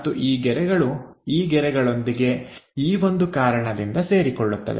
ಮತ್ತು ಈ ಗೆರೆಗಳು ಈ ಗೆರೆಗಳೊಂದಿಗೆ ಈ ಒಂದು ಕಾರಣದಿಂದ ಸೇರಿಕೊಳ್ಳುತ್ತದೆ